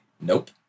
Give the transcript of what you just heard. nope